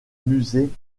musée